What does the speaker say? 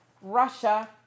Russia